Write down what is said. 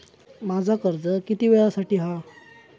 माझा कर्ज किती वेळासाठी हा?